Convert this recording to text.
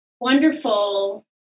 wonderful